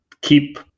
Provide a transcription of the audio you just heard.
keep